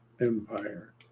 empire